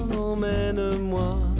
emmène-moi